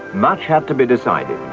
much had to be decided.